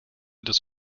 des